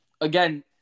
again